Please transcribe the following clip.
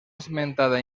esmentada